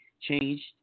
changed